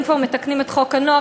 אם כבר מתקנים את חוק עבודת הנוער,